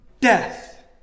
death